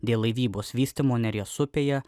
dėl laivybos vystymo neries upėje